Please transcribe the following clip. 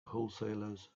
wholesalers